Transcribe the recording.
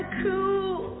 cool